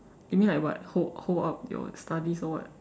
you mean like what hold hold up your studies or what